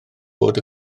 bod